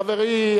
חברי,